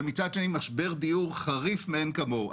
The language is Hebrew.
ומצד שני משבר דיור חריף מאין כמוהו.